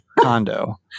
condo